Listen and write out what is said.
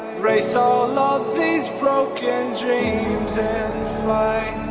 so these broken dreams and flight.